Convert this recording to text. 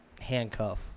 handcuff